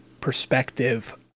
perspective